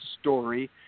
story